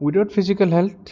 without physical health